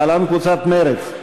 להלן: קבוצת סיעת מרצ,